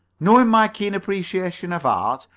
knowing my keen appreciation of art,